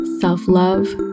self-love